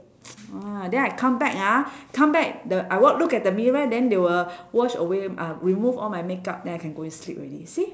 ah then I come back ah come back the I w~ look at the mirror then they will wash away uh remove all my makeup then I can go and sleep already see